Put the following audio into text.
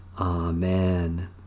Amen